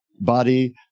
body